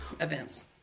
Events